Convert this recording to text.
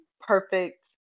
perfect